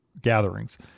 gatherings